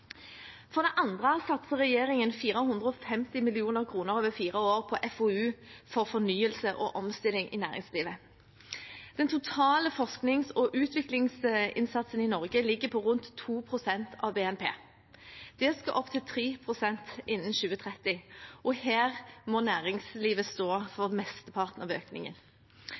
For det andre satser regjeringen 450 mill. kr over fire år på FoU for fornyelse og omstilling i næringslivet. Den totale forsknings- og utviklingsinnsatsen i Norge ligger på rundt 2 pst. av BNP. Det skal opp til 3 pst. innen 2030, og her må næringslivet stå for mesteparten av økningen.